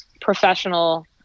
professional